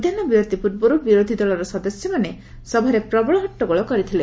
ମଧ୍ୟାହ ବିରତି ପୂର୍ବରୁ ବିରୋଧୀ ଦଳର ସଦସ୍ୟମାନେ ସଭାରେ ପ୍ରବଳ ହଟ୍ଟଗୋଳ କରିଥିଲେ